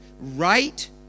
right